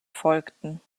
folgten